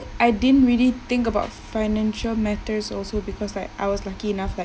I didn't really think about financial matters also because like I was lucky enough like